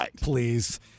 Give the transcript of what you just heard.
please